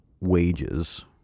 wages